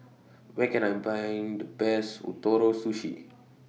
Where Can I Find The Best Ootoro Sushi